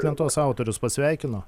lentos autorius pasveikino